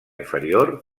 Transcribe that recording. inferior